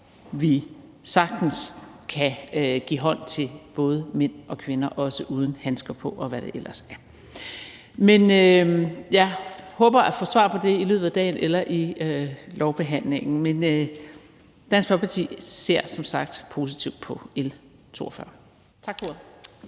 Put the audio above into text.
vi sagtens kan give hånd til både mænd og kvinder, også uden handsker på, og hvad der ellers er. Jeg håber at få svar på det i løbet af dagen eller i løbet af lovbehandlingen, men Dansk Folkeparti ser som sagt positivt på L 42. Tak for ordet.